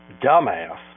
dumbass